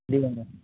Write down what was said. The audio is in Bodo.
बेजोंनो